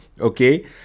okay